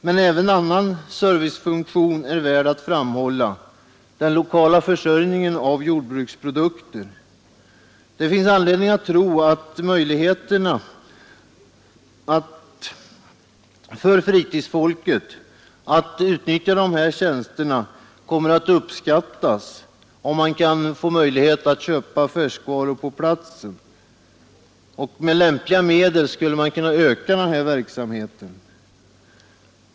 Men även en annan servicefunktion är värd att framhålla: den lokala försäljningen av jordbruksprodukter. Det finns anledning att tro att möjligheterna för fritidsfolket att utnyttja dessa tjänster kommer att uppskattas, om man kan få möjlighet att köpa färskvaror på platsen. Med lämpliga medel skulle man kunna öka den verksamheten.